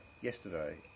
yesterday